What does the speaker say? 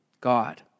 God